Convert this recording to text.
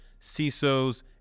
CISOs